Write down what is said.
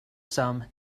some